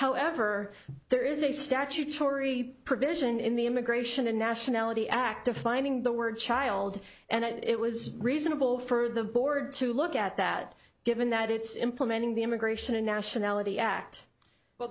however there is a statutory provision in the immigration and nationality act defining the word child and it was reasonable for the board to look at that given that it's implementing the immigration and nationality act well